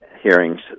hearings